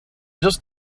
just